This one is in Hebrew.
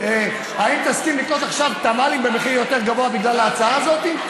האם תסכים לקנות עכשיו תמ"לים במחיר יותר גבוה בגלל ההצעה הזאת?